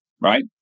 right